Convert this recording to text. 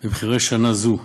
במחירי שנה זו,